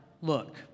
look